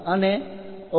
અને 19